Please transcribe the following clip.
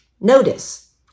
Notice